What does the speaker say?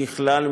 ככלל,